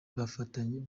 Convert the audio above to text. bafatanye